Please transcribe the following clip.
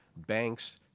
banks